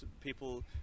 people